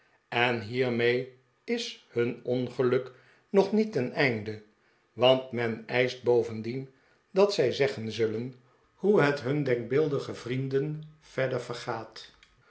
en hiermee is hun ongeluk nog niet ten einde want men eischt bovendien dat zij zeggen zullen hoe het hun denkbeeldigen vrienden